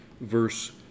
verse